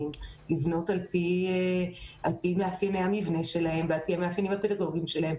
לבנות על פי מאפייני המבנה שלהם ועל פי המאפיינים הפדגוגיים שלהם.